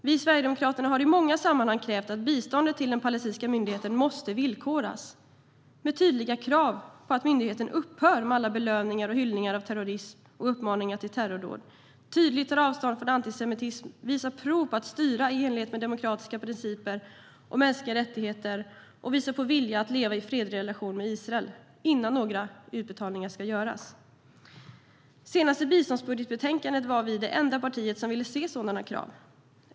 Vi i Sverigedemokraterna har i många sammanhang krävt att biståndet till den palestinska myndigheten villkoras med tydliga krav på att myndigheten - innan några utbetalningar görs - upphör med alla belöningar för och hyllningar av terrorism och uppmaningar till terrordåd, tydligt tar avstånd från antisemitism, visar prov på att den styr i enlighet med demokratiska principer och mänskliga rättigheter och visar en vilja att leva i en fredlig relation med Israel. I det senaste biståndsbudgetbetänkandet var vi det enda parti som ville se sådana krav.